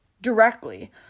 directly